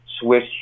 Swiss